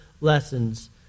lessons